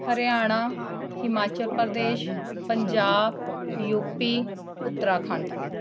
Haryana Himachal Pradesh Punjab U P Uttarakhand